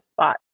spot